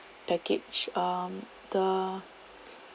package um the